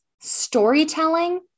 storytelling